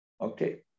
okay